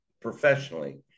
professionally